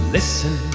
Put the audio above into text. Listen